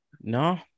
No